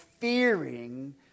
fearing